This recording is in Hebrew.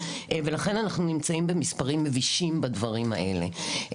לכן אנחנו נמצאים במספרים מבישים בדברים האלה.